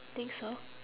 think so